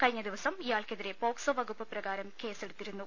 കഴിഞ്ഞ ദിവസം ഇയാൾക്കെതിരെ പോക്സോ വകുപ്പ് പ്രകാരം കേസെടുത്തിരുന്നു